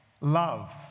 love